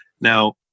Now